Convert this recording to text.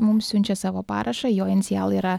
mums siunčia savo parašą jo inicialai yra